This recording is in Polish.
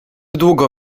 długo